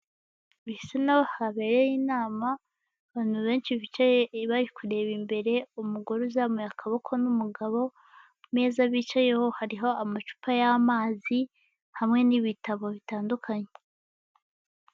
Bisa n'aho habereye inama, abantu benshi bicaye bari kureba imbere, umugore uzamuye akaboko n'umugabo, imeza bicaye ho hariho amacupa y'amazi hamwe n'ibitabo bitandukanye.